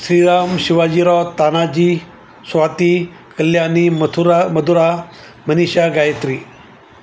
Shriram Shivajirao Tanaji Swati Kalyani Mathura Madhura Manisha Gayatri